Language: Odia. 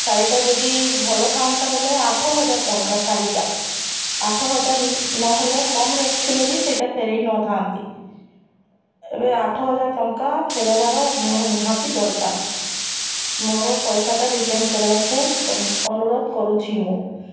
ଶାଢ଼ୀଟା ଯଦି ଭଲ ଥାଆନ୍ତା ବୋଲେ ଆଠ ହଜାର ଟଙ୍କା ଶାଢ଼ୀଟା ଆଠ ହଜାର ନହେଲେ କମ ରେଟ୍ ଥିଲେ ବି ସେଇଟା ଫେରେଇ ନଥାନ୍ତି ଏବେ ଆଠ ହଜାର ଟଙ୍କା ଫେରାଇବାର ମୋର ନିହାତି ଦରକାର ମୋର ପଇସାଟା ରିଟର୍ଣ୍ଣ କରିବାକୁ ଅନୁରୋଧ କରୁଛି ମୁଁ